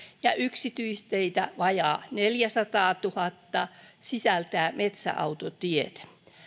ja yksityisteitä on vajaa neljäsataatuhatta joka sisältää metsäautotiet